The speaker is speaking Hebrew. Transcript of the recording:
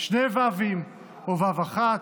שתי וי"ו או וי"ו אחת.